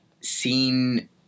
seen